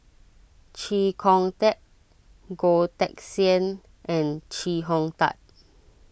Chee Kong Tet Goh Teck Sian and Chee Hong Tat